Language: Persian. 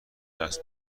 درس